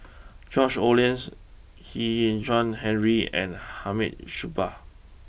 George Oehlers Kwek Hian Chuan Henry and Hamid Supaat